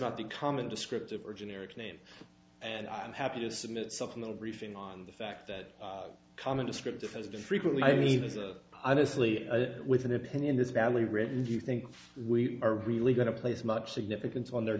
not the common descriptive or generic name and i'm happy to submit something the briefing on the fact that common descriptive has been frequently i mean is a honestly with an opinion this badly written if you think we are really going to place much significance on the